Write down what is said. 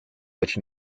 which